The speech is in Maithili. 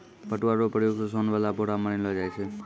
पटुआ रो प्रयोग से सोन वाला बोरा बनैलो जाय छै